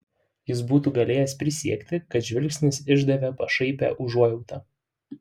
jis būtų galėjęs prisiekti kad žvilgsnis išdavė pašaipią užuojautą